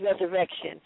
resurrection